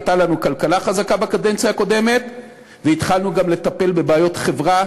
הייתה לנו כלכלה חזקה בקדנציה הקודמת והתחלנו גם לטפל בבעיות חברה,